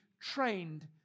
trained